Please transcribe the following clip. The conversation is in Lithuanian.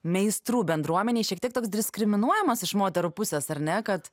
meistrų bendruomenėj šiek tiek toks diskriminuojamas iš moterų pusės ar ne kad